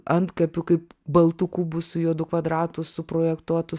antkapiu kaip baltu kubu su juodu kvadratu suprojektuotu